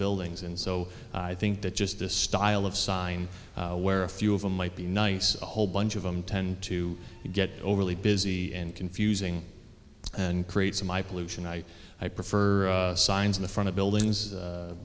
buildings and so i think that just a style of sign where a few of them might be nice a whole bunch of them tend to get overly busy and confusing and create some i pollution i i prefer signs in the front of buildings